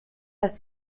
als